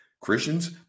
Christians